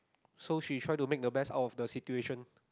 so she try to make the best out of the situation